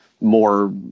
more